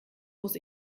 muss